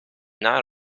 not